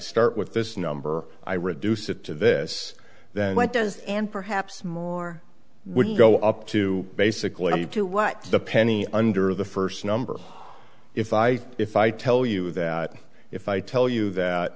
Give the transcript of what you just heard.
start with this number i reduce it to this then went does and perhaps more would go up to basically do what the penny under the first number if i if i tell you that if i tell you that